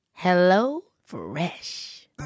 HelloFresh